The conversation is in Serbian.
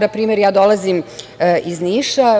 Na primer, ja dolazim iz Niša.